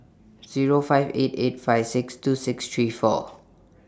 Zero five eight eight five six two six three four